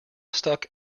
stuck